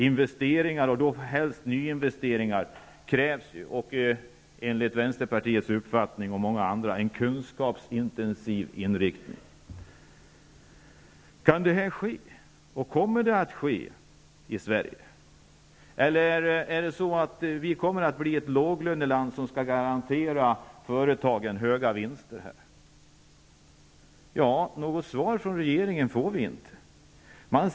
Investeringar, och då helst nyinvesteringar, krävs ju och, enligt vänsterpartiets och många andras uppfattning, med en kunskapsintensiv inriktning. Kan detta ske, och kommer det att ske i Sverige, eller kommer vi att bli ett låglöneland som skall garantera företagen höga vinster? Något svar från regeringen får vi inte.